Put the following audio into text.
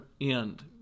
end